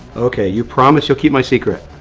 okay, you promise you'll keep my secret?